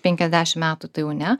penkiasdešim metų tai jau ne